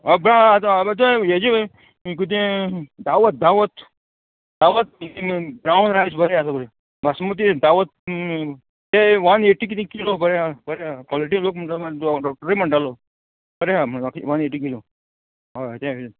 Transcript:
हय बा आतां हेजे कितें दावत दावत दावत ब्रावन रायस बरें आसा बासमती दावत ते वन एटी किदें किलो बरें आसा बरें आसा क्वॉलिटी लोक म्हणटा डॉक्टर म्हणटालो बरें आसा म्हणजे वन एटी किलो हय तें